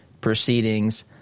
proceedings